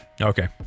Okay